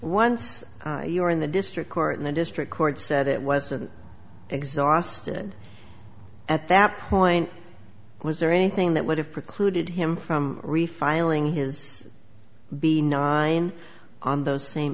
once you were in the district court in the district court said it wasn't exhausted at that point was there anything that would have precluded him from refiling his b nine on those same